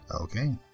Okay